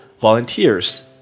volunteers